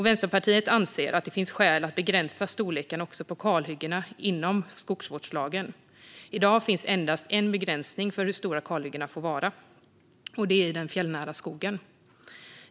Vänsterpartiet anser att det finns skäl att begränsa storleken också på kalhyggena inom skogsvårdslagen. I dag finns endast en begränsning av hur stora kalhyggena får vara, och det är i den fjällnära skogen.